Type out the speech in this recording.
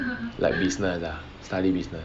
like business ah study business